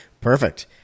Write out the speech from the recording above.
Perfect